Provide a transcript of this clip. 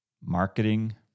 marketing